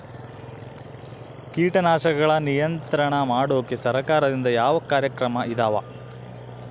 ಕೇಟನಾಶಕಗಳ ನಿಯಂತ್ರಣ ಮಾಡೋಕೆ ಸರಕಾರದಿಂದ ಯಾವ ಕಾರ್ಯಕ್ರಮ ಇದಾವ?